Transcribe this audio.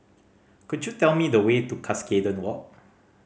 could you tell me the way to Cuscaden Walk